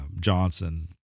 Johnson